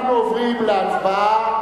אנחנו עוברים להצבעה